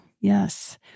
Yes